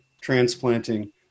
transplanting